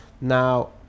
Now